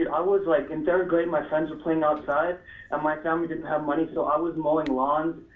i was like in third grade my friends were playing outside and my family didn't have money so i was mowing lawns,